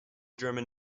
german